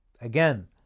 Again